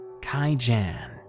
Kaijan